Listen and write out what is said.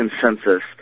consensus